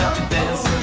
dance